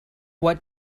what